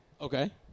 Okay